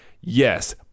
Yes